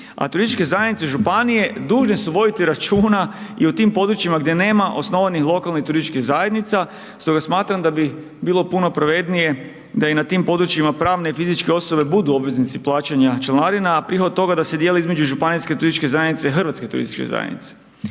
turističke zajednice i županije, dužne su voditi računa i u tim područjima gdje nema osnovanih lokalnih turističkih zajednica, stoga smatram da bi bilo puno pravednije da i na tim područjima pravne i fizičke osobe budu obveznici plaćanja članarina, a prihod toga da se dijeli između županijske turističke zajednice i HTZ-a. Evo, to su moja